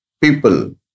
people